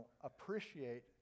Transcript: appreciate